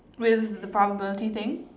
will the probability thing